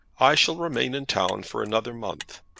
i shall remain in town for another month,